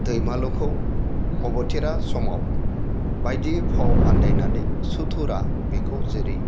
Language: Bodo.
दैमालुखौ अबथिरा समाव बायदि फाव फान्दायनानै सुथुरा बिखौ जेरै